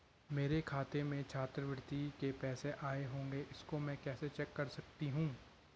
मेरे खाते में छात्रवृत्ति के पैसे आए होंगे इसको मैं कैसे चेक कर सकती हूँ?